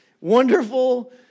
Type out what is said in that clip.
Wonderful